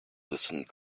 listened